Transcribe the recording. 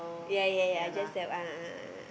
ya ya ya just that a'ah a'ah a'ah